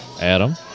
Adam